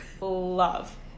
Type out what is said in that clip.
Love